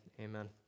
amen